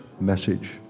message